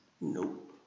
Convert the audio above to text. Nope